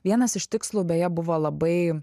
vienas iš tikslų beje buvo labai